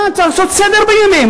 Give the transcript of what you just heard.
צריך לעשות סדר בעניינים.